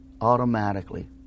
automatically